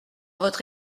votre